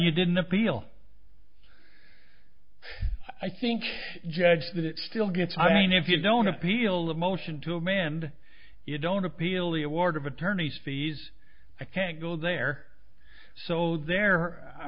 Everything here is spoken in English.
you didn't appeal i think judge that it still gets i know if you don't appeal a motion to amend it don't appeal the award of attorney's fees i can't go there so there